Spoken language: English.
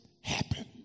happen